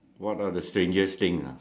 what are the strangest thing ah